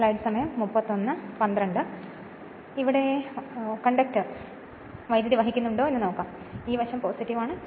അതിനാൽ അങ്ങനെയാണെങ്കിൽ കണ്ടക്ടർ വൈദ്യുതിവഹിക്കുന്നുണ്ടോ എന്ന് നോക്കാം ഈ വശം ആണ്